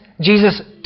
Jesus